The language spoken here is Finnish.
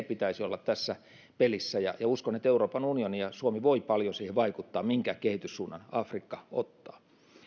pitäisi olla tässä pelissä ja ja uskon että euroopan unioni ja suomi voivat paljon siihen vaikuttaa minkä kehityssuunnan afrikka ottaa